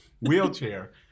wheelchair